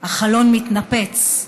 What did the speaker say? החלון מתנפץ.